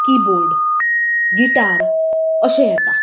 keyboard guitar अशें येता